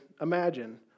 imagine